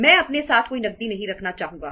मैं अपने साथ कोई नकदी नहीं रखना चाहूंगा